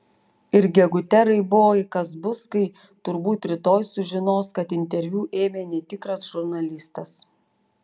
ir gegute raiboji kas bus kai turbūt rytoj sužinos kad interviu ėmė netikras žurnalistas